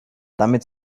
damit